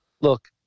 Look